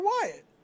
Wyatt